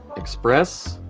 express,